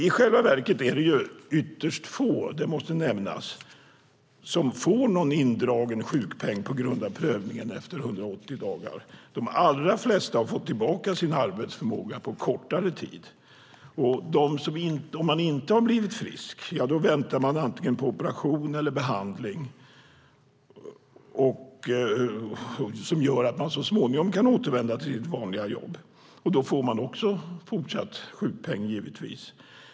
I själva verket är det ytterst få - det måste nämnas - som får sjukpenningen indragen på grund av prövningen efter 180 dagar. De allra flesta har fått tillbaka sin arbetsförmåga på kortare tid. Om man inte har blivit frisk väntar man antingen på operation eller på behandling som gör att man så småningom kan återvända till sitt vanliga jobb. Då får man givetvis också fortsatt sjukpenning.